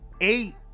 eight